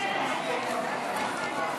ומעמד היילוד)